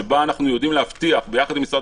שבה אנחנו יודעים להבטיח ביחד עם משרד